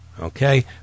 Okay